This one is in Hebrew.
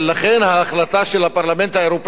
לכן ההחלטה של הפרלמנט האירופי,